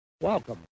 welcome